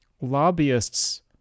lobbyists